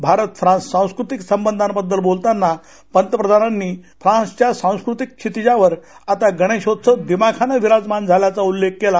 Bharat France सांस्कृतिक संबंधाबद्दल बोलताना पंतप्रधानांनी फ्रान्सच्या सांस्कृतिक क्षितिजावर आता गणेशोत्सव दिमाखानं विराजमान झाल्याचा उल्लेख केला